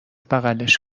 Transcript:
بغلش